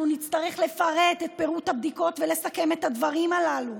אנחנו נצטרך לפרט את הבדיקות ולסכם את הדברים הללו.